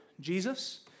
Jesus